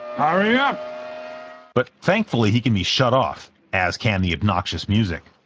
ah yeah but thankfully he can be shut off, as can the obnoxious music.